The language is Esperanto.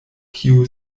kiu